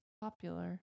popular